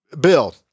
Bill